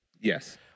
Yes